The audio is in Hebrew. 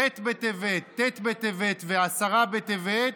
בח' בטבת, בט' בטבת ובי' בטבת,